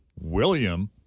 William